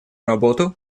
работу